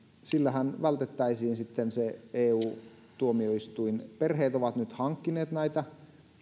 sillähän vältettäisiin sitten se eu tuomioistuin perheet ovat nyt hankkineet näitä